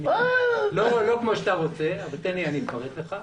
לא כמו שאתה רוצה אבל אני אפרט לך.